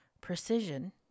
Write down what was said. Precision